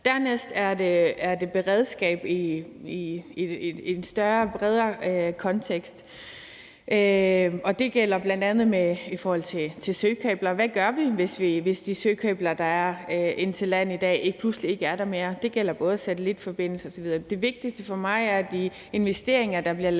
Dernæst er det beredskab i en større og bredere kontekst, og det gælder bl.a. i forhold til søkabler. Hvad gør vi, hvis de søkabler, der er ind til land i dag, pludselig ikke er der mere? Det gælder både satellitforbindelser osv. Men det vigtigste for mig er, at de investeringer, der bliver lavet